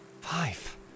Five